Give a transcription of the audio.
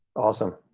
awesome.